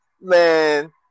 man